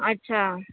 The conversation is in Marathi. अच्छा